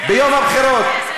ביום הבחירות.